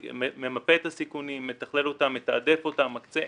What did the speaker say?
ממפה את הסיכונים, מתכלל אותם, מתעדף אותם, מקצה.